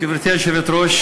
גברתי היושבת-ראש,